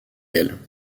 elle